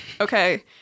Okay